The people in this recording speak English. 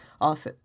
off